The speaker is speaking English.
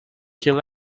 kill